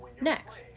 next